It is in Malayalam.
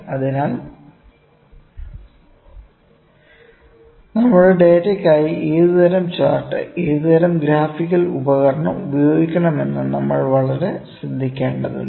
അതിനാൽ നമ്മുടെ ഡാറ്റയ്ക്കായി ഏത് തരം ചാർട്ട് ഏത് തരം ഗ്രാഫിക്കൽ ഉപകരണം ഉപയോഗിക്കണമെന്ന് നമ്മൾ വളരെ ശ്രദ്ധിക്കേണ്ടതുണ്ട്